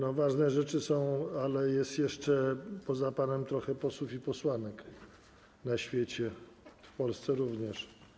Są to ważne rzeczy, ale jest jeszcze poza panem trochę posłów i posłanek na świecie, w Polsce również.